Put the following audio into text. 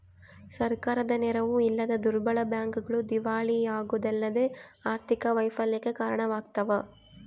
ಸರ್ಕಾರದ ನೆರವು ಇಲ್ಲದ ದುರ್ಬಲ ಬ್ಯಾಂಕ್ಗಳು ದಿವಾಳಿಯಾಗೋದಲ್ಲದೆ ಆರ್ಥಿಕ ವೈಫಲ್ಯಕ್ಕೆ ಕಾರಣವಾಗ್ತವ